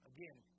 Again